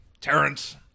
Terrence